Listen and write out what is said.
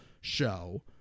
show